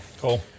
Cool